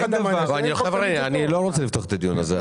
אני לא רוצה לפתוח את הדיון הזה.